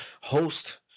host